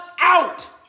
Out